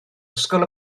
ysgol